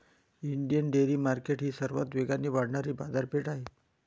Indian dairy market ही सर्वात वेगाने वाढणारी बाजारपेठ आहे